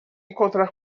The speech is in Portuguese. encontrar